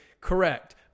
Correct